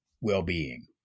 well-being